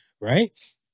Right